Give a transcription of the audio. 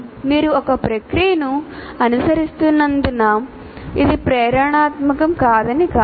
మీరు ఒక ప్రక్రియను అనుసరిస్తున్నందున ఇది ప్రేరణాత్మకం కాదని కాదు